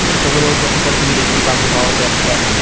it's a little difficult for me to keep up with all of this. but,